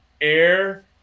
air